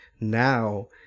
now